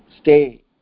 stay